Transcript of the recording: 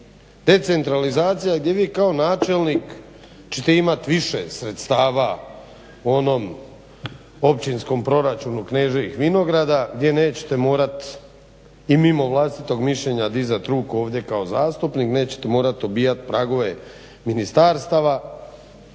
Decentralizacija gdje vi kao načelnik ćete imati više sredstava u onom općinskom proračunu Kneževih Vinograda gdje nećete morati i mimo vlastitog mišljenja dizat ruku ovdje kao zastupnik, nećete morati obijati pragove ministarstava